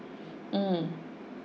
mm